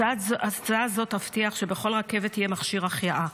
הצעת זו תבטיח שבכל רכבת יהיה מכשיר החייאה.